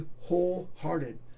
wholehearted